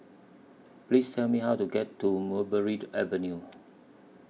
Please Tell Me How to get to Mulberry to Avenue